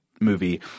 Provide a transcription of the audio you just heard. movie –